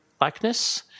likeness